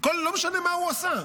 לא משנה מה הוא עשה,